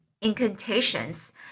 incantations